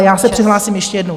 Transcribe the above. Já se přihlásím ještě jednou.